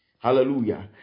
Hallelujah